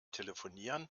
telefonieren